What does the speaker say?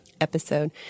episode